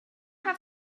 have